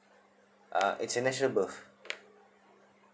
ah it's a natural birth